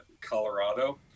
Colorado